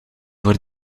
voor